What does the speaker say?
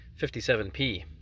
57P